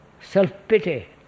Self-pity